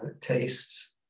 tastes